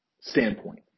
standpoint